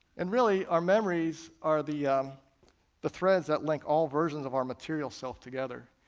and really our memories are the um the threads that link all versions of our material self together.